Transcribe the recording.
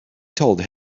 told